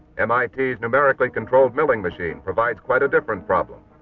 um ah numerically controlled milling machine provides quite a different problem.